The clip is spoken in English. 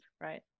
right